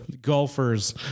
golfers